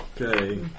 Okay